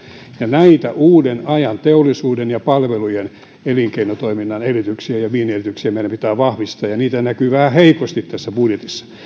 näitä uuden ajan teollisuuden ja palvelujen elinkeinotoiminnan edellytyksiä ja viennin edellytyksiä meidän pitää vahvistaa ja ja niitä näkyy vähän heikosti tässä budjetissa